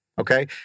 Okay